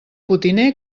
potiner